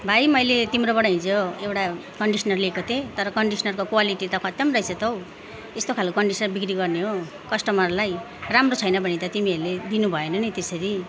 भाइ मैले तिम्रोबाट हिजो एउटा कन्डिसनर लिएको थिएँ तर कन्डिसनरको क्वालिटी त खत्तम रहेछ त हौ यस्तो खालको कन्डिसनर बिक्री गर्ने हो कस्टमरलाई राम्रो छैन भने त तिमीहरूले दिनुभएन नि त्यसरी